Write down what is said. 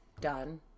done